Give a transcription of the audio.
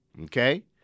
okay